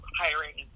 hiring